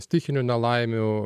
stichinių nelaimių